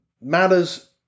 matters